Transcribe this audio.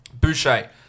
Boucher